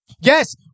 Yes